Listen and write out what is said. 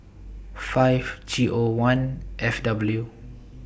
five G O one F W